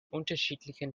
unterschiedlichen